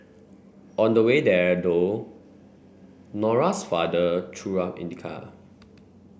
on the way there though Nora's father threw up in the car